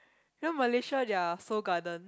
you know Malaysia their Seoul-Garden